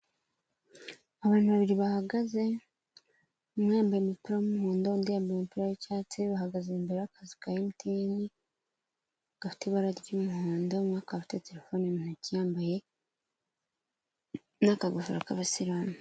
Abantu babiri bahagaze, umwe yambaye umupira w'umuhondo, undi yambaye umupira w'icyatsi bahagaze imbere y'akazi ka MTN, gafite ibara ry'umuhondo, umwe akaba afite telefone ntoki yambaye n'akagofero k'abasiramu.